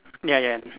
ya ya